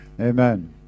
Amen